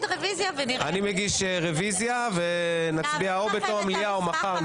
אני מגיש רוויזיה ונצביע, או בתום המליאה או מחר.